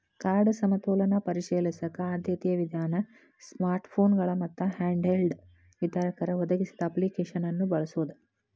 card ಸಮತೋಲನ ಪರಿಶೇಲಿಸಕ ಆದ್ಯತೆಯ ವಿಧಾನ ಸ್ಮಾರ್ಟ್ಫೋನ್ಗಳ ಮತ್ತ ಹ್ಯಾಂಡ್ಹೆಲ್ಡ್ ವಿತರಕರ ಒದಗಿಸಿದ ಅಪ್ಲಿಕೇಶನ್ನ ಬಳಸೋದ